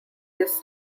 this